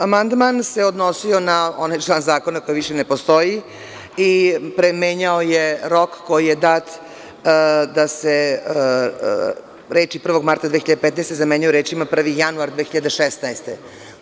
Amandman se odnosio na onaj član zakona koji više ne postoji i menjao je rok koji je dat da se reči „1. marta 2015. godine“ zamenjuju rečima „1. januar 2016. godine“